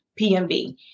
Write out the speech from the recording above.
PMB